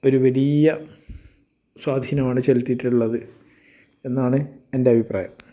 ഒരു വലിയ സ്വാധീനമാണ് ചെലുത്തിയിട്ടുള്ളത് എന്നാണ് എൻ്റെ അഭിപ്രായം